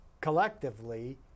collectively